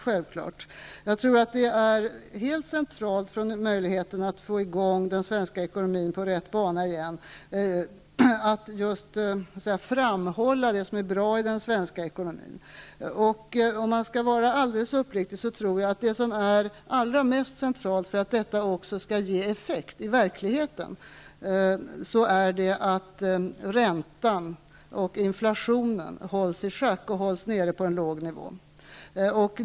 Det är helt centralt för möjligheterna att få i gång den svenska ekonomin igen att framhålla det som är bra i den svenska ekonomin. Om jag skall vara alldeles uppriktig tror jag att det mest centrala för att detta också skall ge effekt i verkligheten är att räntan och inflationen hålls i schack på en låg nivå.